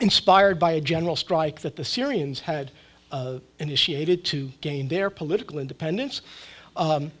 inspired by a general strike that the syrians had initiated to gain their political independence